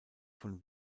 von